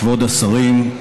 כבוד השרים,